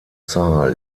zahl